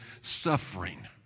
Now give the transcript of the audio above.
suffering